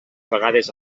vegades